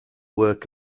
work